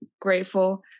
grateful